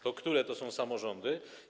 To które to są samorządy?